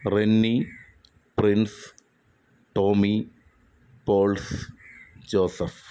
Renny Prince Tommy Pauls Joseph